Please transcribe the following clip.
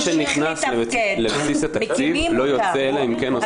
מה שנכנס לבסיס התקציב לא יוצא אלא אם כן עושים שינויים קריטיים.